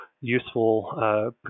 useful